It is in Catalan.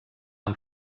amb